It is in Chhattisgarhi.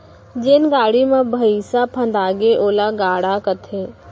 जेन गाड़ी म भइंसा फंदागे ओला गाड़ा कथें